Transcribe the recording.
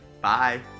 bye